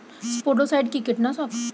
স্পোডোসাইট কি কীটনাশক?